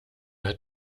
hat